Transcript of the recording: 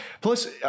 Plus